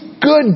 good